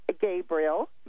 Gabriel